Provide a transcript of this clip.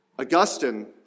Augustine